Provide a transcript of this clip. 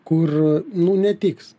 kur nu netiks